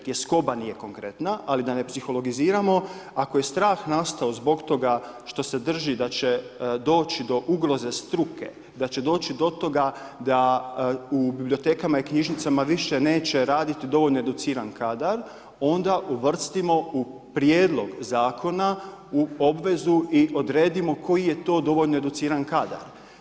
Tjeskoba nije konkretna, ali da ne psiholozi ramo, ali ako je strah nastao zbog toga što se drži da će doći do ugroza struke, da će doći do toga da u bibliotekama i knjižnicama više neće raditi dovoljno educirani kadar, onda uvrstimo u prijedlog zakona u obvezu i odredimo koji je to dovoljno educiran kadar.